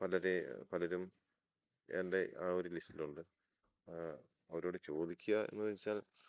പലരെ പലരും എൻ്റെ ആ ഒരു ലിസ്റ്റിലുണ്ട് അവരോട് ചോദിക്കുക എന്നു വച്ചാൽ